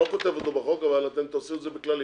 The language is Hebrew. אני לא כותב אותו בחוק אבל תעשו אותו בכללים,